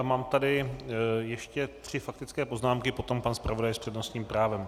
Mám tady ještě tři faktické poznámky, potom pan zpravodaj s přednostním právem.